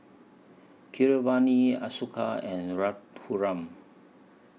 Keeravani Ashoka and Raghuram